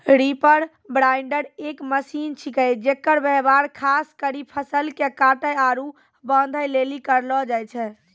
reaper binder एक machine छिकै जेकर व्यवहार खास करी फसल के काटै आरू बांधै लेली करलो जाय छै